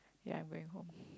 ya I'm going home